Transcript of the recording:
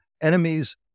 enemies